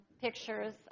pictures